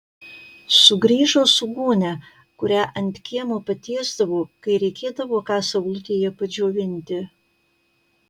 sugrįžo su gūnia kurią ant kiemo patiesdavo kai reikėdavo ką saulutėje padžiovinti